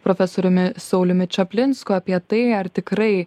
profesoriumi sauliumi čaplinsku apie tai ar tikrai